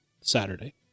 Saturday